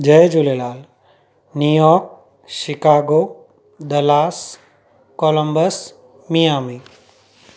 Jay Jhulelal New York Chicago Dallas Columbus Miami